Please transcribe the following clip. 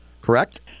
correct